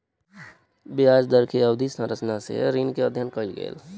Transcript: ब्याज दर के अवधि संरचना सॅ ऋण के अध्ययन कयल गेल